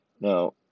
Now